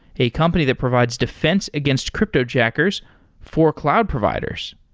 a company that provides defense against cryptojackers for cloud providers.